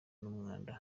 n’umwanda